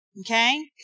Okay